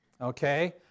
Okay